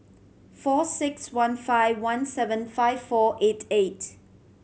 four six one five one seven five four eight eight